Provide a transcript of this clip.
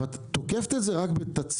את תוקפת את זה רק בתצהיר.